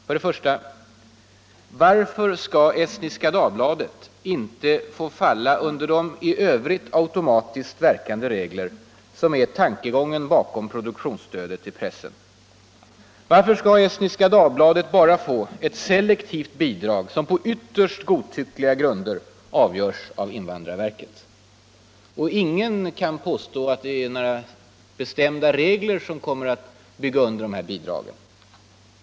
För det första: Varför skall Estniska Dagbladet inte få falla under de i övrigt automatiskt verkande regler som är tankegången bakom produktionsstödet till pressen? Varför skall Estniska Dagbladet bara få ett selektivt bidrag, som på ytterst godtyckliga grunder avgörs av invandrarverket? Ingen kan påstå att några bestämda regler kommer att bygga under dessa bidrag.